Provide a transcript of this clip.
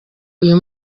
uyu